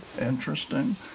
interesting